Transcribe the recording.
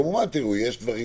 כמובן יש דברים